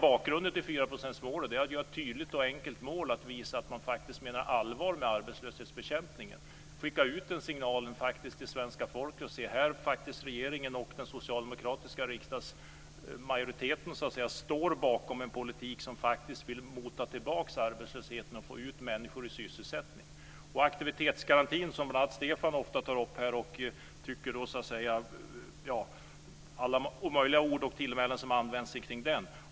Bakgrunden till 4-procentsmålet var att man skulle ha ett tydligt och enkelt mål för att visa att man faktiskt menade allvar med arbetslöshetsbekämpningen. Man skickade ut den signalen till svenska folket för att visa att regeringen och den socialdemokratiska riksdagsmajoriteten faktiskt står bakom en politik som faktiskt vill mota tillbaka arbetslösheten och få ut människor i sysselsättning. Aktivitetsgarantin tar bl.a. Stefan ofta upp här - det är alla möjliga ord och tillmälen som används kring den.